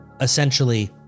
essentially